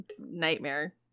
nightmare